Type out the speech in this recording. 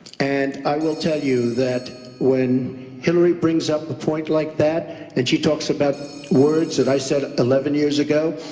and i will tell you that when hillary brings up a point like that and she talks about words that i said eleven years ago,